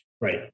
Right